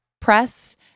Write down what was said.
press